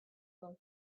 both